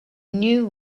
knew